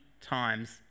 times